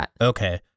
Okay